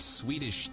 Swedish